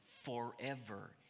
forever